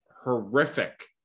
horrific